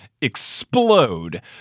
explode